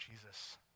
Jesus